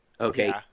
okay